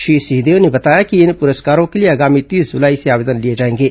श्री सिंहदेव ने बताया कि इन पुरस्कारों के लिए आगामी तीस जुलाई से आवेदन लिए जाएंगे